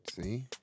See